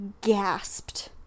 gasped